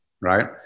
right